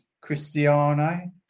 Cristiano